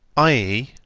i e,